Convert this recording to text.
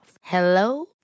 Hello